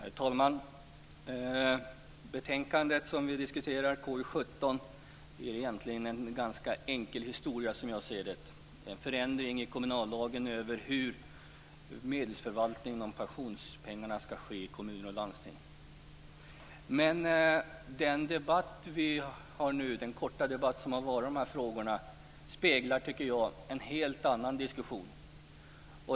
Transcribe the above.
Herr talman! Det betänkande som vi nu diskuterar, KU17, gäller som jag ser det en ganska enkel sak, en förändring av kommunallagen avseende hur förvaltningen av pensionspengarna skall utformas i kommuner och landsting. Jag tycker att den korta debatt som nu har förts i dessa frågor speglar en helt annan diskussion.